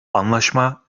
anlaşma